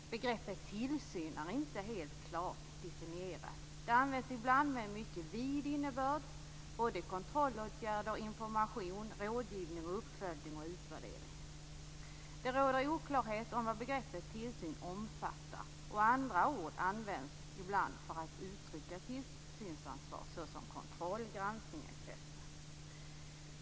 Begreppet tillsyn är inte helt klart definierat. Det används ibland med mycket vid innebörd om kontrollåtgärder, information, rådgivning, uppföljning och utvärdering. Det råder oklarhet om vad begreppet tillsyn omfattar, och andra ord såsom kontroll, granskning etc. används ibland för att uttrycka tillsynsansvar.